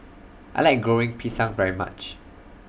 I like Goreng Pisang very much